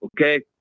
Okay